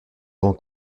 grand